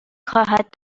خواهد